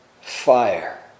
fire